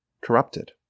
corrupted